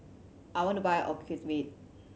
I want to buy Ocuvite